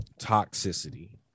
toxicity